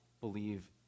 believe